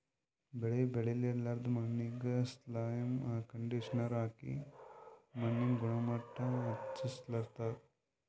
ಬೆಳಿ ಬೆಳಿಲಾರ್ದ್ ಮಣ್ಣಿಗ್ ಸಾಯ್ಲ್ ಕಂಡಿಷನರ್ ಹಾಕಿ ಮಣ್ಣಿನ್ ಗುಣಮಟ್ಟ್ ಹೆಚಸ್ಸ್ತಾರ್